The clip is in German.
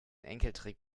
enkeltrick